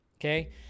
okay